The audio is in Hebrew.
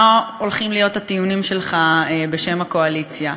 מה הולכים להיות הטיעונים שלך בשם הקואליציה.